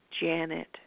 Janet